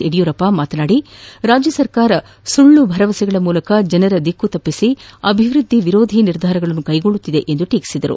ಯಡಿಯೂರಪ್ಪ ಮಾತನಾಡಿ ರಾಜ್ಯ ಸರ್ಕಾರ ಸುಳ್ಳು ಭರವಸೆಗಳ ಮೂಲಕ ಜನರ ದಿಕ್ಕು ತಪ್ಪಿಸಿ ಅಭಿವ್ಯದ್ದಿ ವಿರೋಧಿ ನಿರ್ಧಾರಗಳನ್ನು ಕೈಗೊಳ್ಳುತ್ತಿದೆ ಎಂದು ಟೀಕಿಸಿದರು